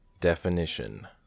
Definition